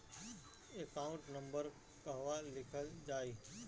Account number कहवा लिखल जाइ?